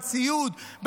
עם ציוד,